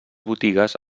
botigues